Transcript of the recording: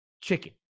Chicken